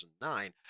2009